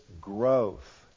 growth